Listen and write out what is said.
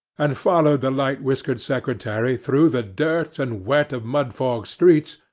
and followed the light-whiskered secretary through the dirt and wet of mudfog streets,